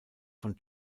von